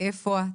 מאיפה את?